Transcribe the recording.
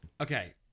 Okay